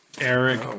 Eric